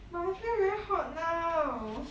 but I feel very hot now